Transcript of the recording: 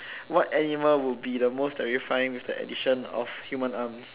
what animal would be the most terrifying with the addition of human arms